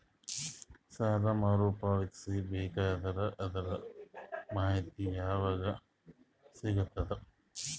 ಸಾಲ ಮರು ಪಾವತಿಸಬೇಕಾದರ ಅದರ್ ಮಾಹಿತಿ ಯವಾಗ ಸಿಗತದ?